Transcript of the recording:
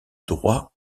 droit